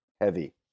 heavy